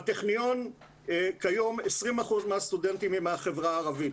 בטכניון כיום 20% מהסטודנטים הם מהחברה הערבית.